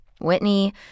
Whitney